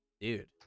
dude